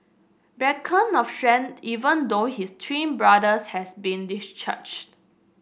beacon of strength even though his twin brothers has been discharged